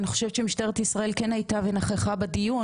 אני חושבת שמשטרת ישראל כן הייתה ונכחה בדיון,